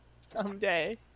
Someday